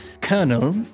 Colonel